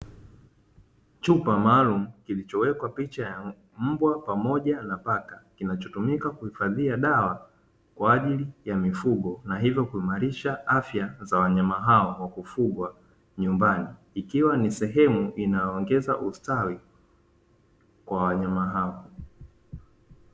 Chupa maalumu kilichowekwa picha ya mbwa pamoja na paka, kinachotumika kuhifadhia dawa kwa ajili ya mifugo na hivyo kuimarisha afya za wanyama hao wa kufugwa nyumbani. Ikiwa ni sehemu inayoongeza ustawi kwa wanyama hao.